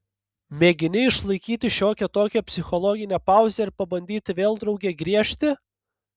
mėgini išlaikyti šiokią tokią psichologinę pauzę ir pabandyti vėl drauge griežti